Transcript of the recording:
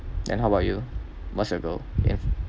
then how about you what's your goal ian